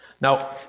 Now